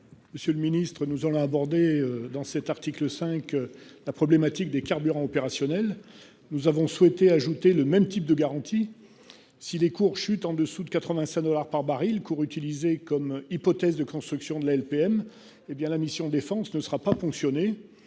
Monsieur le Ministre, nous on l'a abordé dans cet article 5. La problématique des carburants opérationnels. Nous avons souhaité ajouter le même type de garantie. Si les cours chutent en dessous de 85 dollars par baril cours utilisé comme hypothèse de construction de la LPM, hé bien la mission Défense ne sera pas fonctionner